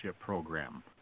program